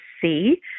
see